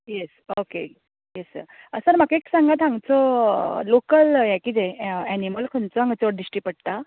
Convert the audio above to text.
येस okay yes sir sir म्हाका एक सांगात हांगचो लोकल हें कितें एनिमल खंयचो हांगां चड दिश्टी पडटा